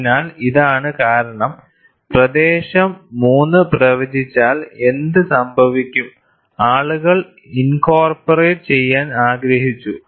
അതിനാൽ ഇതാണ് കാരണം പ്രദേശം 3 പ്രവചിച്ചാൽ എന്ത് സംഭവിക്കും ആളുകൾ ഇൻകോർപൊറേറ്റ് ചെയ്യാൻ ആഗ്രഹിച്ചു